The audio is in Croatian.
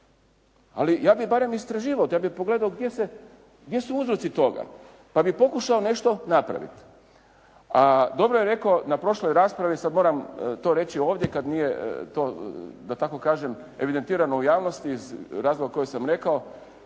ali ja bih barem istraživao, ja bih pogledao gdje su uzroci toga, pa bih pokušao nešto napraviti, a dobro je rekao na prošloj raspravi, sad moram to reći ovdje kad nije to, da tako kažem evidentirano u javnosti iz razloga koje je sam rekao